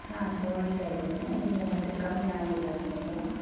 ಹಾಂ ತೊಗೊಳ್ತಾ ಇದ್ದೇನೆ ಈಗ ಮತ್ತೆ ಕಮ್ಮಿ ಆಗಿಲ್ಲ ನಮಗೆ